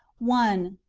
one.